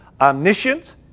Omniscient